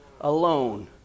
alone